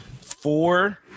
four